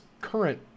current